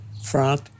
front